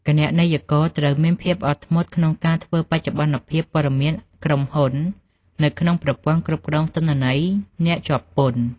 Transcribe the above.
គណនេយ្យករត្រូវមានភាពអត់ធ្មត់ក្នុងការធ្វើបច្ចុប្បន្នភាពព័ត៌មានក្រុមហ៊ុន នៅក្នុងប្រព័ន្ធគ្រប់គ្រងទិន្នន័យអ្នកជាប់ពន្ធ។